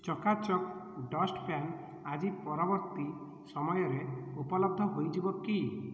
ଚକାଚକ୍ dustpan ଆଜି ପରବର୍ତ୍ତୀ ସମୟରେ ଉପଲବ୍ଧ ହୋଇଯିବ କି